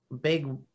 big